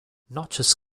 notches